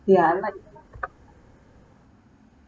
ya I like